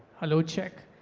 hello, check.